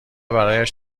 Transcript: برایش